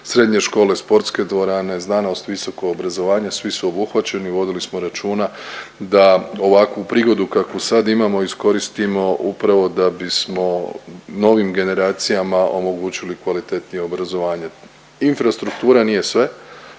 srednje škole, sportske dvorane, znanost, visoko obrazovanje. Svi su obuhvaćeni, vodili smo računa da ovakvu prigodu kakvu sad imamo iskoristimo upravo da bismo novim generacijama omogućili kvalitetnije obrazovanje. Infrastruktura nije sve,